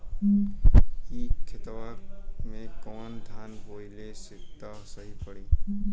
ए खेतवा मे कवन धान बोइब त सही पड़ी?